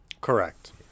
Correct